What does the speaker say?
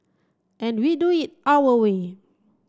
and we do it our way